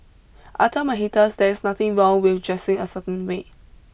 I tell my haters there is nothing wrong with dressing a certain way